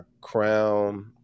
crown